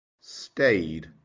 Stayed